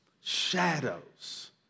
Shadows